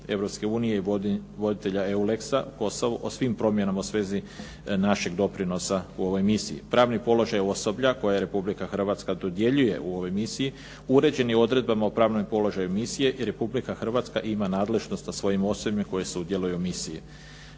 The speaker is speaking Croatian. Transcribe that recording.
Europske unije i voditelja EULEX-a Kosovo o svim promjenama u svezi našeg doprinosa u ovoj misiji, pravni položaj osoblja koja Republika Hrvatska dodjeljuje u ovoj misiji uređen je odredbama o pravnom položaju misije i Republika Hrvatska ima nadležnost sa svojim …/Govornik se ne razumije./…